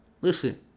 Listen